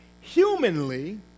humanly